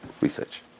research